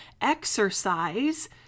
exercise